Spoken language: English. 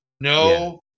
no